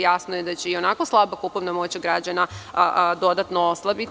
Jasno je da će i onako slaba kupovna moć građana dodatno oslabiti.